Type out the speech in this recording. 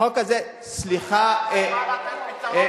החוק הזה, כמה הקמתם, שלוש שנים,